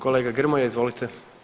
Kolega Grmoja, izvolite.